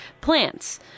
plants